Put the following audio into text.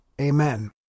Amen